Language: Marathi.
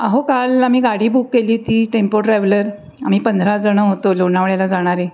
अहो काल आम्ही गाडी बुक केली होती टेम्पो ट्रॅव्हलर आम्ही पंधराजण होतो लोणावळ्याला जाणारे